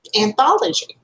anthology